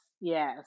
yes